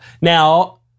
Now